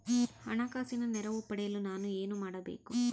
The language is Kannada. ಹಣಕಾಸಿನ ನೆರವು ಪಡೆಯಲು ನಾನು ಏನು ಮಾಡಬೇಕು?